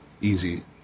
easy